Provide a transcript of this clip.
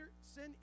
sin